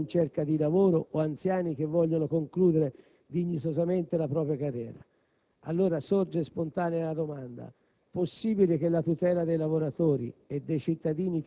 siano essi lavoratori, imprenditori, giovani in cerca di lavoro o anziani che vogliano concludere dignitosamente la propria carriera. Allora sorge spontanea la domanda: